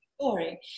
Story